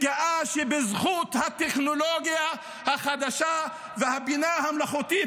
מתגאה בטכנולוגיה החדשה והבינה המלאכותית,